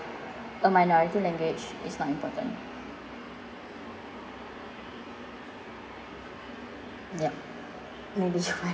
a minority language is not important yup